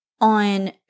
On